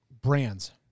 brands